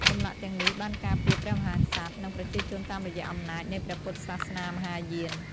ចម្លាក់ទាំងនេះបានការពារព្រះមហាក្សត្រ និងប្រជាជនតាមរយៈអំណាចនៃព្រះពុទ្ធសាសនាមហាយាន។